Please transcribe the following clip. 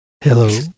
Hello